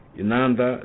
inanda